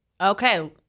Okay